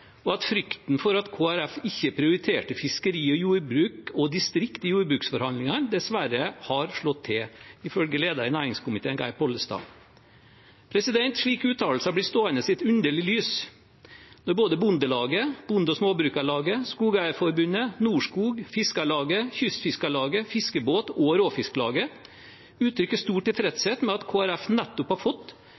og at frykten for at Kristelig Folkeparti ikke prioriterte fiskeri og jordbruk og distrikter i jordbruksforhandlingene, dessverre har slått til, ifølge lederen i næringskomiteen, Geir Pollestad. Slike uttalelser blir stående i et underlig lys når både Bondelaget, Bonde- og Småbrukarlaget, Skogeierforbundet, Norskog, Fiskarlaget, Kystfiskarlaget, Fiskebåt og Råfisklaget uttrykker stor tilfredshet med at Kristelig Folkeparti nettopp har fått